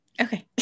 Okay